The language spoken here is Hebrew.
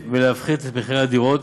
ולהפחית את מחירי הדירות.